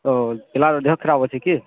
ଓ ପିଲାର ଦେହ ଖରାପ ଅଛି କି